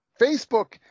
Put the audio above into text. Facebook